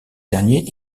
dernier